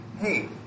hey